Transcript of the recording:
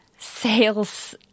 Sales